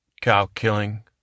cow-killing